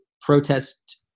protest